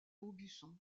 aubusson